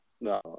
No